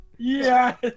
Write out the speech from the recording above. Yes